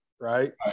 right